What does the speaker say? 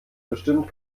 bestimmt